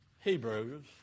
Hebrews